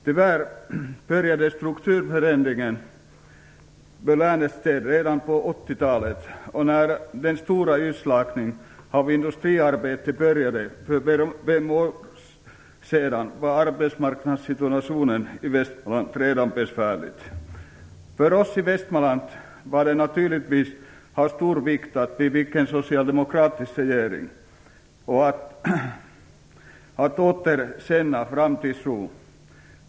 Tyvärr började strukturförändringen i länet redan på 80-talet, och när den stora utslagningen av industriarbeten började för fem år sedan var arbetsmarknadssituationen i Västmanland redan besvärlig. För oss i Västmanland var det naturligtvis av stor vikt att vi fick en socialdemokratisk regering och att vi åter kan känna framtidstro.